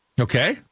Okay